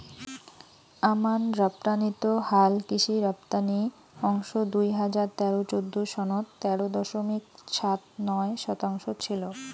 আমান রপ্তানিত হালকৃষি রপ্তানি অংশ দুই হাজার তেরো চৌদ্দ সনত তেরো দশমিক সাত নয় শতাংশ ছিল